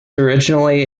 originally